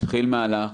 התחיל מהלך,